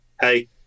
hey